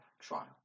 trial